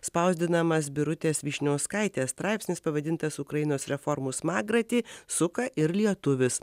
spausdinamas birutės vyšniauskaitės straipsnis pavadintas ukrainos reformų smagratį suka ir lietuvis